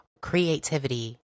creativity